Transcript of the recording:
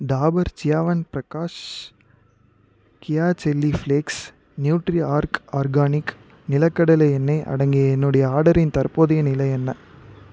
டாபர் சியாவன்பிரகாஷ் கியா chilli flakes Nutriorg organic நிலக்கடலை எண்ணெய் அடங்கிய என்னுடைய ஆர்டரின் தற்போதைய நிலை என்ன